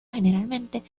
generalmente